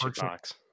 box